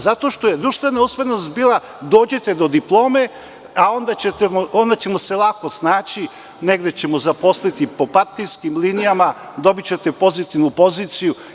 Zato što je društvena usmerenost bila – dođite do diplome, a onda ćemo se lako snaći, negde ćemo zaposliti po partijskim linijama, dobićete pozitivnu poziciju.